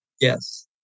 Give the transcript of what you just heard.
Yes